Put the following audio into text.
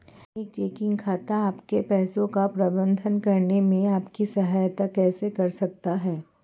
एक चेकिंग खाता आपके पैसे का प्रबंधन करने में आपकी सहायता कैसे कर सकता है?